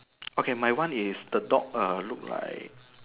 okay my one is the dog err look like